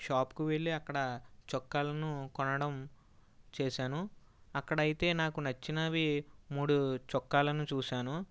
షాప్కు వెళ్ళి అక్కడ చొక్కాలని కొనడం చేసాను అక్కడ అయితే నాకు నచ్చినవి మూడు చొక్కాలను చూసాను